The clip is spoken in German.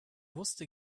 wusste